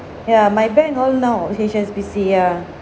ya my bank all now H_S_B_C ya